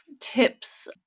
tips